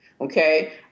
Okay